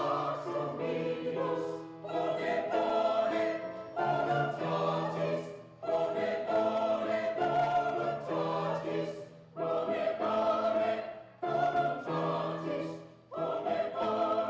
uh uh uh uh uh uh uh uh uh uh uh